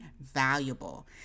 valuable